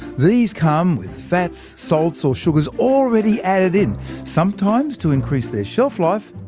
these come with fats, salts or sugars already added in sometimes to increase their shelf life,